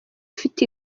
ufite